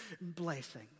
blessing